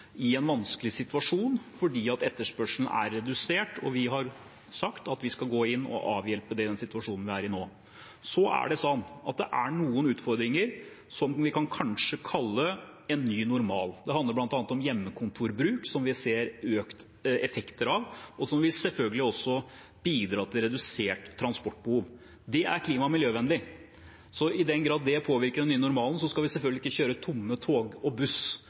vi har sagt at vi skal gå inn og avhjelpe det i den situasjonen vi er i nå. Så er det noen utfordringer, som vi kanskje kan kalle en ny normal. Det handler bl.a. om hjemmekontorbruk, som vi ser økte effekter av, og som selvfølgelig også vil bidra til redusert transportbehov. Det er klima- og miljøvennlig. I den grad det påvirker den nye normalen, skal vi selvfølgelig ikke kjøre tomme tog og